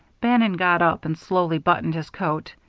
bannon got up and slowly buttoned his coat.